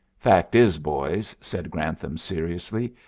fact is, boys, said grantham seriously,